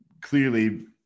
clearly